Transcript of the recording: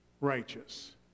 righteous